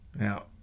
Now